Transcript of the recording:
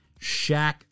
Shaq